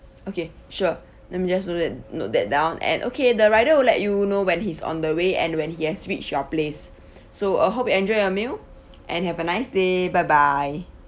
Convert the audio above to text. okay sure let me just note that note that down and okay the rider will let you know when he's on the way and when he has reached your place so uh hope you enjoy your meal and have a nice day bye bye